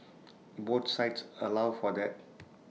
both sites allow for that